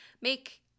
make